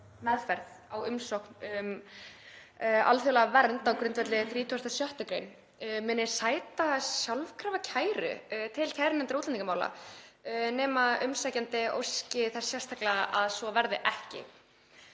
meðferð á umsókn um alþjóðlega vernd á grundvelli 36. gr. muni sæta sjálfkrafa kæru til kærunefndar útlendingamála nema umsækjandi óski þess sérstaklega að svo verði ekki.